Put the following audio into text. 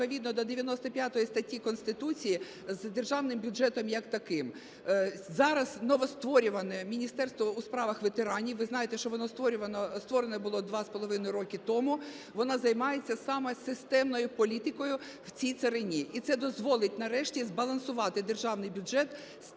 відповідно до 95 статті Конституції з державним бюджетом як таким. Зараз новостворюване Міністерство у справах ветеранів (ви знаєте, що воно створене було 2,5 роки тому), воно займається саме системною політикою в цій царині. І це дозволить нарешті збалансувати державний бюджет